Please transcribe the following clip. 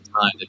time